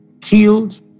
killed